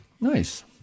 Nice